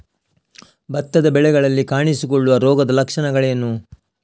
ಭತ್ತದ ಬೆಳೆಗಳಲ್ಲಿ ಕಾಣಿಸಿಕೊಳ್ಳುವ ರೋಗದ ಲಕ್ಷಣಗಳೇನು?